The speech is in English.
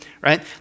right